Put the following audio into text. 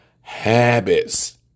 habits